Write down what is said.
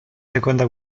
seconda